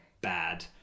bad